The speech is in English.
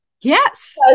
Yes